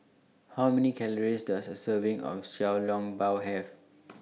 How Many Calories Does A Serving of Xiao Long Bao Have